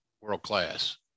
world-class